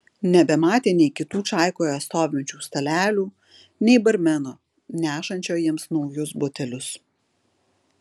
nebematė nei kitų čaikoje stovinčių stalelių nei barmeno nešančio jiems naujus butelius